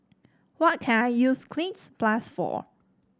what can I use Cleanz Plus for